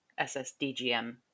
SSDGM